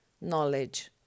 knowledge